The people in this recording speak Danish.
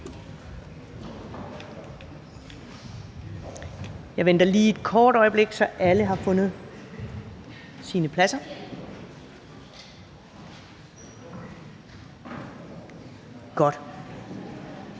Jeg venter lige et kort øjeblik, til alle har fundet deres pladser. Kl.